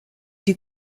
die